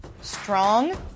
strong